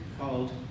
called